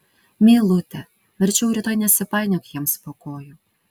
meilute verčiau rytoj nesipainiok jiems po kojų